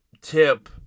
tip